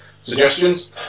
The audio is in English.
suggestions